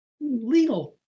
legal